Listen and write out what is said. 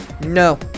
no